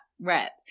rep